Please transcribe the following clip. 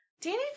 Danny